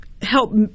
Help